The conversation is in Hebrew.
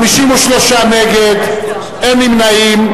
53 נגד, אין נמנעים.